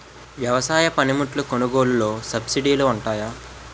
వ్యవసాయ పనిముట్లు కొనుగోలు లొ సబ్సిడీ లు వుంటాయా?